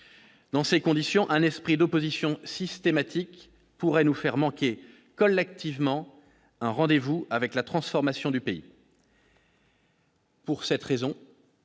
Dans ces conditions, un esprit d'opposition systématique pourrait nous faire manquer collectivement un rendez-vous avec la transformation du pays. Pour cette raison